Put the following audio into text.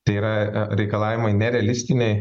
tai yra reikalavimai nerealistiniai